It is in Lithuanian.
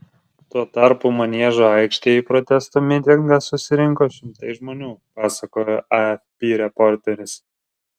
tuo tarpu maniežo aikštėje į protesto mitingą susirinko šimtai žmonių pasakojo afp reporteris